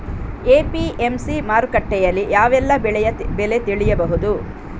APMC ಮಾರುಕಟ್ಟೆಯಲ್ಲಿ ಯಾವೆಲ್ಲಾ ಬೆಳೆಯ ಬೆಲೆ ತಿಳಿಬಹುದು?